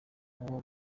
uwo